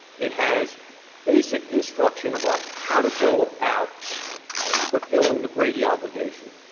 it has basic instruction about how to go about fulfilling the brady obligation,